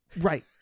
Right